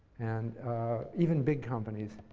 and even big companies.